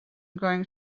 going